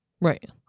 Right